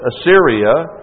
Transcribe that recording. Assyria